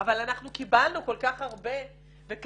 --- אבל אנחנו קיבלנו כל כך הרבה וככה